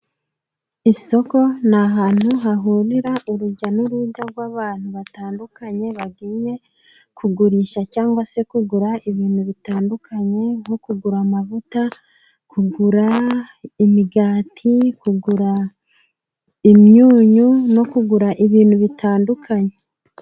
Isoko ni ahantu hahurira urujya n'uruza rw'abantu batandukanye bagiye kugurisha cyangwa se kugura ibintu bitandukanye. Nko kugura amavuta, kugura imigati, kugura imyunyu no kugura ibintu bitandukanye.